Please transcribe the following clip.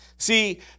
See